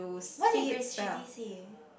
what did Grace see